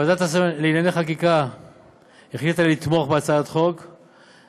ועדת השרים לענייני חקיקה החליטה לתמוך בהצעת החוק,